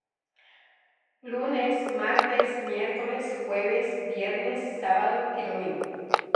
lunes, martes, miércoles, jueves, viernes, sábado y domingo.